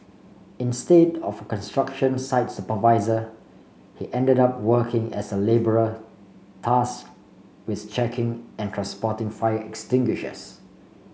instead of construction site supervisor he ended up working as a labourer task with checking and transporting fire extinguishers